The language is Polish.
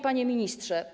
Panie Ministrze!